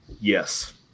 Yes